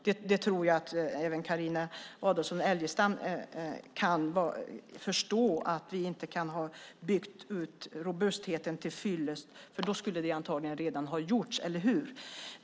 Jag tror att även Carina Adolfsson Elgestam kan förstå att vi inte har kunnat bygga ut robustheten tillfyllest, för då skulle det antagligen redan ha gjorts. Eller hur?